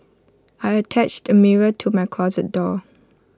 I attached A mirror to my closet door